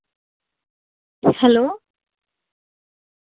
hello